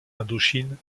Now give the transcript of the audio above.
indochine